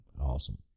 awesome